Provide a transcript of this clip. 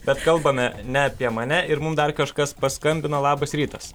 bet kalbame ne apie mane ir mum dar kažkas paskambino labas rytas